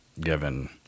given